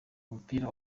umupira